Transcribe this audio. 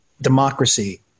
democracy